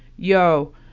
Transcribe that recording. Yo